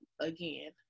again